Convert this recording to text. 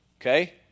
Okay